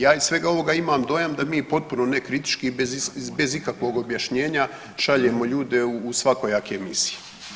Ja iz svega ovoga imam dojam da mi potpuno nekritički i bez ikakvog objašnjenja šaljemo ljude u svakojake misije.